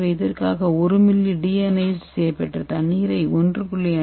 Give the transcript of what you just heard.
எனவே இதற்காக 1 milli deionise செய்யப்பட்ட தண்ணீரை 1